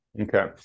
Okay